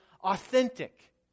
authentic